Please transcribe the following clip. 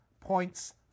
points